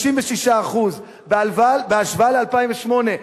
56%. בהשוואה ל-2008,